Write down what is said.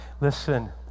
listen